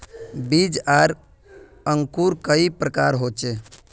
बीज आर अंकूर कई प्रकार होचे?